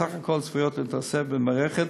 סך הכול צפויות להתווסף במערכת